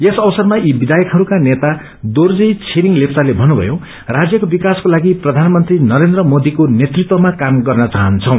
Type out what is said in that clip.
यस अवसरमा यी विधायकहरूका नेता छेर्जी छिरिङ लेप्याले भन्नुषयो राज्यको विकासको लागि प्रधानमंत्री नरेन्द्र मोदीको नेतृत्वमा काम गर्न चाहन्छलै